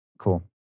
Cool